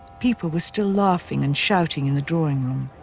people were still laughing and shouting in the drawing room.